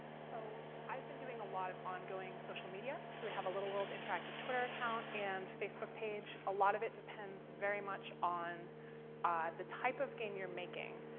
so i've been doing a lot of ongoing social media. so we have a little world interactive twitter account and facebook page. a lot of it depends very much on the type of game you're making.